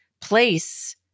place